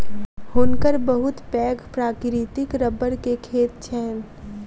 हुनकर बहुत पैघ प्राकृतिक रबड़ के खेत छैन